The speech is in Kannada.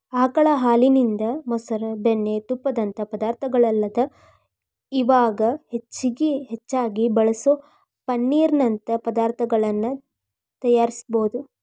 ಆಕಳ ಹಾಲಿನಿಂದ, ಮೊಸರು, ಬೆಣ್ಣಿ, ತುಪ್ಪದಂತ ಪದಾರ್ಥಗಳಲ್ಲದ ಇವಾಗ್ ಹೆಚ್ಚಾಗಿ ಬಳಸೋ ಪನ್ನೇರ್ ನಂತ ಪದಾರ್ತಗಳನ್ನ ತಯಾರಿಸಬೋದು